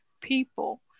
people